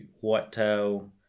whitetail